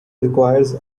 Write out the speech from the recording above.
requires